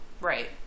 Right